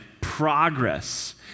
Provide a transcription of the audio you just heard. progress